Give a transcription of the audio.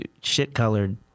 shit-colored